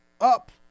up